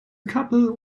couple